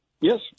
Yes